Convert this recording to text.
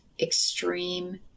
extreme